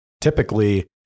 typically